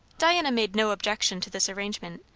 diana made no objection to this arrangement.